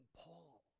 Paul